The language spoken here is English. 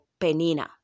Penina